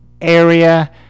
area